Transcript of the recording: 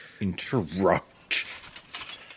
interrupt